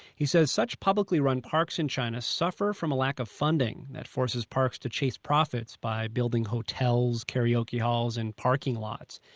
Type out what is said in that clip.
he says such publicly run parks in china suffer from a lack of funding. that forces parks to chase profits by building hotels, karaoke halls and parking lots.